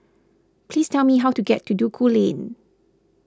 please tell me how to get to Duku Lane